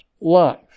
life